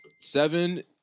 seven